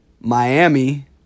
Miami